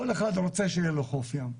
רוצה שיהיה לו חוף ים.